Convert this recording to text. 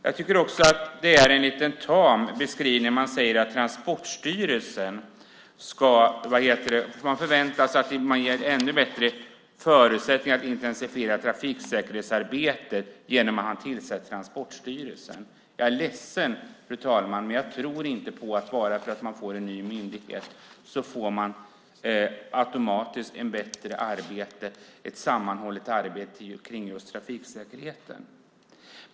Jag tycker också att det är en lite tam beskrivning när man säger att det ger ännu bättre förutsättningar att intensifiera trafiksäkerhetsarbetet att man inrättar Transportstyrelsen. Jag är ledsen, fru talman, men jag tror inte att man bara för att man får en ny myndighet automatiskt får ett bättre arbete, ett sammanhållet arbete med just trafiksäkerheten.